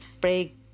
break